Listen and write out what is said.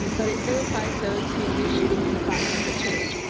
but it vilifies those who use shootings as a platform for change,